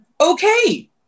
Okay